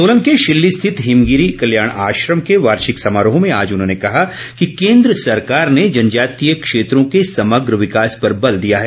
सोलन के शिल्ली स्थित हिमगिरी कल्याण आश्रम के वार्षिक समारोह में आज उन्होंने कहा कि केन्द्र सरकार ने जनजातीय क्षेत्रों के समग्र विकास पर बल दिया है